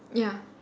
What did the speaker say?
ya